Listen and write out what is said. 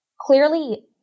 Clearly